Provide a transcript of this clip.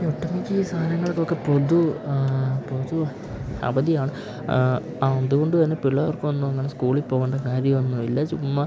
ഒട്ടുമിക്ക ഈ സാധനങ്ങൾക്കൊക്കെ പൊതു ആ പൊതു അവധിയാണ് ആ അതു കൊണ്ട് തന്നെ പിള്ളേർക്കൊന്നും അങ്ങനെ സ്കൂളിൽ പോകേണ്ട കാര്യമൊന്നും ഇല്ല ചുമ്മാ